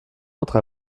autre